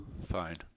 Fine